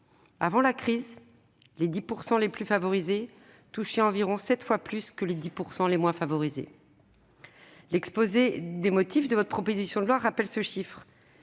Avant la crise, les 10 % les plus favorisés touchaient environ 7 fois plus que les 10 % les moins favorisés. L'exposé des motifs de la proposition de loi rappelle ce chiffre.